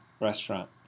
restaurant